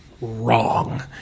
wrong